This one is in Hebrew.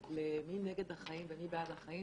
עישנו בבתי חולים ולא ידעו את מה שיודעים